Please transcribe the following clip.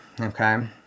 okay